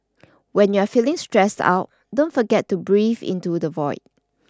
when you are feeling stressed out don't forget to breathe into the void